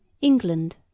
England